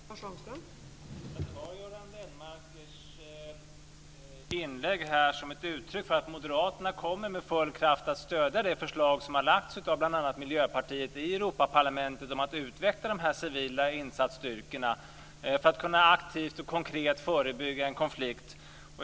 Fru talman! Jag tar Göran Lennmarkers inlägg här som ett uttryck för att moderaterna med full kraft kommer att stödja det förslag som har lagts fram av bl.a. Miljöpartiet i Europaparlamentet om att utveckla de civila insatsstyrkorna för att aktivt och konkret kunna förebygga en konflikt.